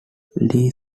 lee